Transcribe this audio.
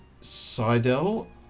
Seidel